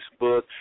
Facebook